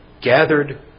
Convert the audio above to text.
gathered